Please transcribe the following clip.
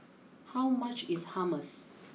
how much is Hummus